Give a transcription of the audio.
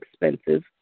expensive